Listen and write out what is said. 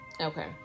Okay